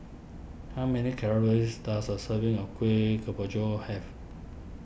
how many calories does a serving of Kueh Kemboja have